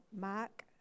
Mark